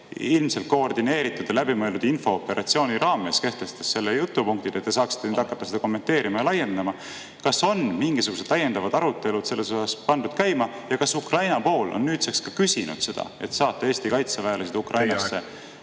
ilmselt koordineeritud ja läbimõeldud infooperatsiooni raames kehtestas selle jutupunkti, et te saaksite nüüd hakata seda kommenteerima ja laiendama. Kas on mingisugused täiendavad arutelud selles osas pandud käima ja kas Ukraina pool on nüüdseks ka küsinud seda, et Eesti saadaks kaitseväelased Ukrainasse